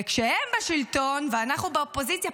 וכשהם בשלטון ואנחנו באופוזיציה,